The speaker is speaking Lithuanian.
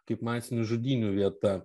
kaip masinių žudynių vieta